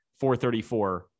434